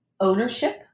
ownership